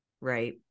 right